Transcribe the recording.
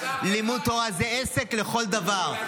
אלעזר --- לימוד תורה זה עסק לכל דבר,